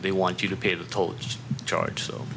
they want you to pay the toll charge so